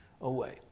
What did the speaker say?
away